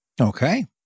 Okay